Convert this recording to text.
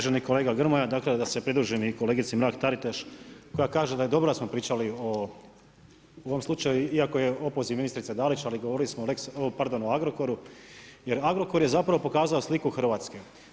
Uvaženi kolega Grmoja, dakle da se pridružim i kolegici Mrak-Taritaš koja kaže da je dobro da smo pričali o ovom slučaju iako je opoziv ministrice Dalić, ali govorili smo o Agrokoru jer Agrokor je zapravo pokazao sliku Hrvatske.